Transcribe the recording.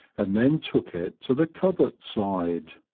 and then took it to the covert side.